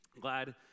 glad